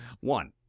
One